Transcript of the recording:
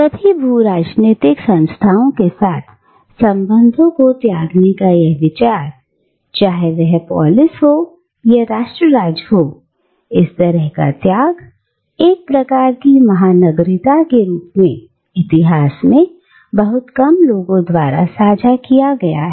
सभी भू राजनीतिक संस्थाओं के साथ संबंधों को त्यागने का यह विचार चाहे वह पोलिस या राष्ट्र राज्य हो इस तरह का त्याग एक प्रकार की महानगरीयता के रूप में इतिहास में बहुत कम लोगों द्वारा साझा किया गया है